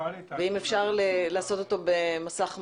אם אפשר להראות אותו במסך מלא.